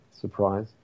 surprise